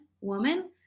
woman